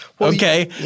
Okay